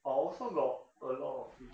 I also got a lot of fish